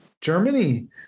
Germany